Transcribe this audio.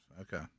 Okay